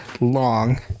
long